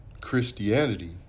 Christianity